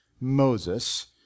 Moses